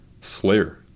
Slayer